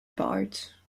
part